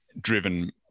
driven